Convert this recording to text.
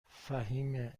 فهیمه